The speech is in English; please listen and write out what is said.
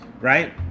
right